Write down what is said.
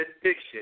addiction